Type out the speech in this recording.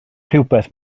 rhywbeth